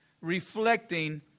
reflecting